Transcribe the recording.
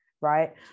right